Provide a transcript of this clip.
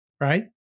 right